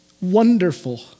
wonderful